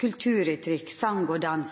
kulturuttrykk, song og dans,